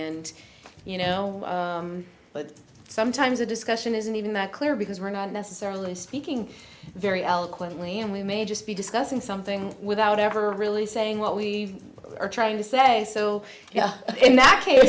and you know but sometimes the discussion isn't even that clear because we're not necessarily speaking very eloquently and we may just be discussing something without ever really saying what we are trying to say so yeah in that case